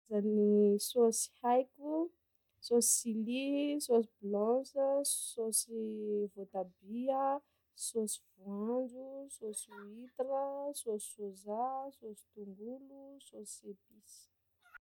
Raha ny saosy haiko: saosy sili, saosy blanche, saosy voatabia, saosy voanjo, saosy huitre, saosy soja, saosy tongolo, saosy epice.